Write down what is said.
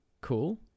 cool